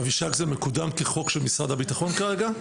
אבישג, זה מקודם כחוק של משרד הביטחון כרגע?